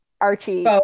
archie